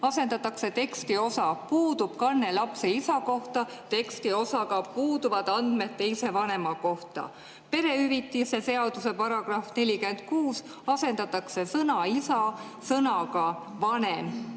asendatakse tekstiosa "puudub kanne lapse isa kohta" tekstiosaga "puuduvad andmed teise vanema kohta". Perehüvitiste seaduse §-s 46 asendatakse sõna "isa" sõnaga "vanem".